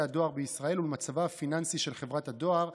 הדואר בישראל ולמצבה הפיננסי של חברת הדואר,